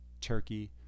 Turkey